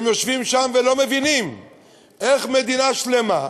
הם יושבים שם ולא מבינים איך מדינה שלמה,